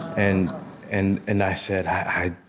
and and and i said, i,